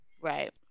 Right